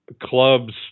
clubs